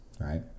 right